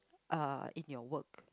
ah in your work